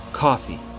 Coffee